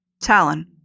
Talon